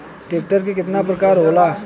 Tractor के केतना प्रकार होला?